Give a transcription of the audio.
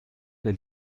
der